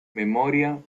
memoria